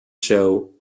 show